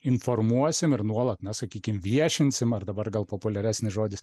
informuosim ir nuolat na sakykim viešinsim ar dabar gal populiaresni žodis